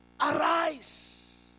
arise